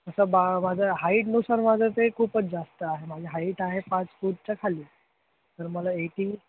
असं बा माझं हाईटनुसार माझं ते खूपच जास्त आहे माझे हाईट आहे पाच फूटच्या खाली तर मला एटी